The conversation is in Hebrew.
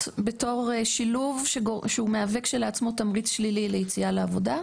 בתור שילוב שהוא מהווה כשלעצמו תמריץ שלילי ליציאה לעבודה.